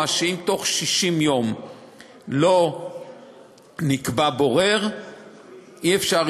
שאם בתוך 60 יום לא נקבע בורר לערעור,